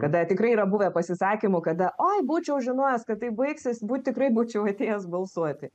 kada tikrai yra buvę pasisakymų kada oi būčiau žinojęs kad taip baigsis būt tikrai būčiau atėjęs balsuoti